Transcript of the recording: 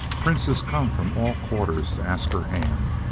princes come from all quarters to ask her hand,